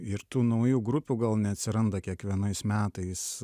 ir tų naujų grupių gal neatsiranda kiekvienais metais